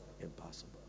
impossible